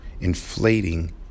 inflating